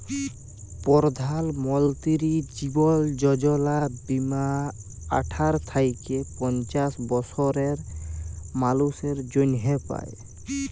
পরধাল মলতিরি জীবল যজলা বীমা আঠার থ্যাইকে পঞ্চাশ বসরের মালুসের জ্যনহে পায়